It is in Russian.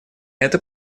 это